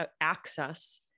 access